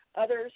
others